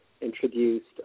introduced